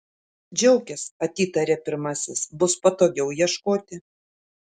džiaukis atitarė pirmasis bus patogiau ieškoti